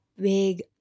big